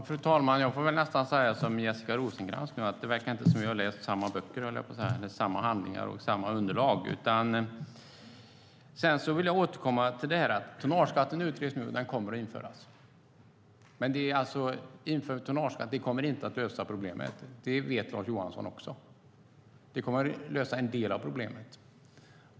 Fru talman! Jag får säga som Jessica Rosencrantz, nämligen att det verkar inte som att vi har läst samma handlingar och underlag. Jag återkommer till att tonnageskatten utreds, och den kommer att införas. Men tonnageskatt kommer inte att lösa problemet. Det vet Lars Johansson också. Den kommer att lösa en del av problemet.